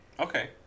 okay